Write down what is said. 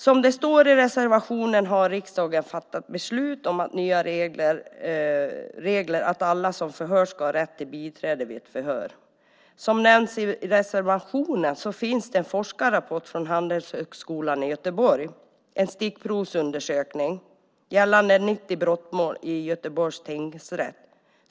Som det står i reservationen har riksdagen fattat beslut om nya regler. Alla som förhörs ska ha rätt till biträde vid ett förhör. Som nämns i reservationen finns det en forskarrapport från Handelshögskolan i Göteborg. Det har gjorts en stickprovsundersökning gällande 90 brottmål i Göteborgs tingsrätt.